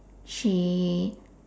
she